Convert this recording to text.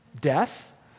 death